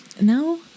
No